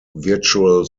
virtual